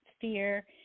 fear